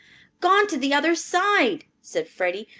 gone to the other side, said freddie.